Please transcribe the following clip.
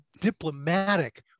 diplomatic